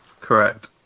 Correct